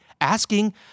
asking